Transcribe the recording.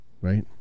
Right